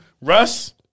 Russ